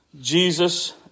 jesus